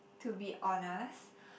to be honest